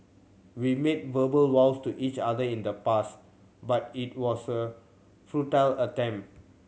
we made verbal vows to each other in the past but it was a futile attempt